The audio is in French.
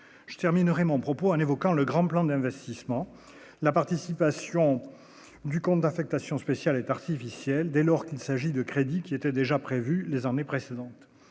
je terminerai mon propos en évoquant le grand plan d'investissement, la participation au du compte d'affectation spéciale est artificielle, dès lors qu'il s'agit de crédits qui étaient déjà prévus désormais précédente